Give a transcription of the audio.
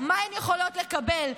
מה הן יכולות לקבל.